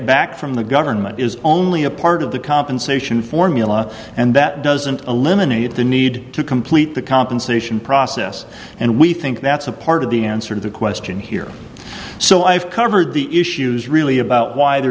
back from the government is only a part of the compensation formula and that doesn't eliminate the need to complete the compensation process and we think that's a part of the answer to the question here so i've covered the issues really about why